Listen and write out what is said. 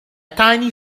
tiny